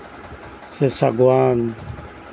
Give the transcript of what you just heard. ᱥᱮ ᱥᱮᱜᱩᱣᱟᱱ